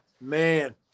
man